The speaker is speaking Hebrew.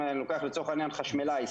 אם אני לוקח לצורך העניין חשמלאי,